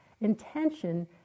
intention